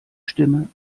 stimme